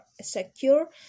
secure